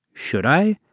should i.